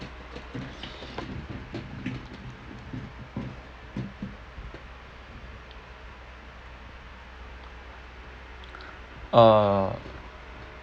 uh